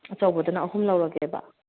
ꯑꯆꯧꯕꯗꯅ ꯑꯍꯨꯝ ꯂꯧꯔꯒꯦꯕ